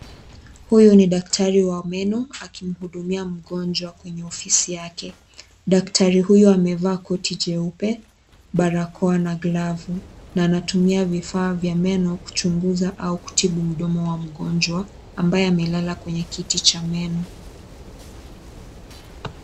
Huyu ni daktari wa meno akimhudumia mgonjwa kwenye ofisi yake, daktari huyu amevaa koti jeupe, barakoa na glavu na anatumia vifaa vya meno kuchunguza au kutibu mdomo wa mgonjwa, ambaye amelala kwenye kiti cha meno.